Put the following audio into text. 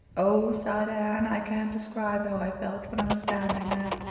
oh, sighed anne. i can't describe how i felt when i was standing there,